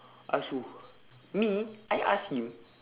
ask who me I ask you